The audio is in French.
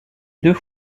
deux